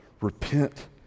Repent